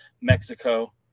Mexico